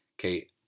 Okay